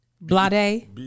Blade